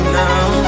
now